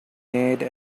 made